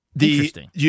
Interesting